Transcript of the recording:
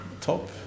top